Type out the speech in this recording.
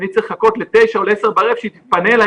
אני צריך לחכות ל-21:00 או ל-22:00 שהיא תתפנה אלי